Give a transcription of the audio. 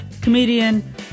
comedian